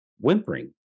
whimpering